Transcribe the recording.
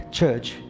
church